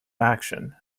action